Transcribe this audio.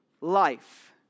life